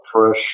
fresh